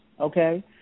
okay